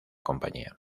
compañía